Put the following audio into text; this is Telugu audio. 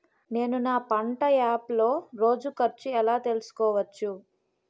నేను నా పంట యాప్ లో రోజు ఖర్చు ఎలా తెల్సుకోవచ్చు?